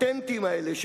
הפטנטים האלה,